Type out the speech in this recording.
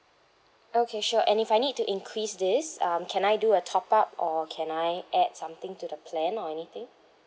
okay sure and if I need to increase this um can I do a top up or can I add something to the plan or anything